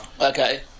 Okay